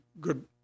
good